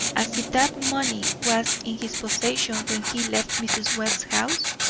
as if that money was in his possession when he left mrs. webb's house?